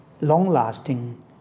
long-lasting